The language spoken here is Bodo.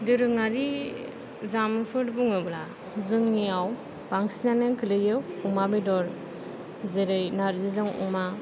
दोरोङारि जामुंफोर बुङोब्ला जोंनियाव बांसिनानो गोलैयो अमा बेदर जेरै नार्जिजों अमा